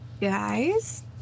Guys